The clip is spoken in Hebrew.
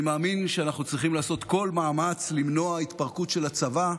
אני מאמין שאנחנו צריכים לעשות כל מאמץ כדי למנוע התפרקות של הצבא,